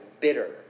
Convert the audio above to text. bitter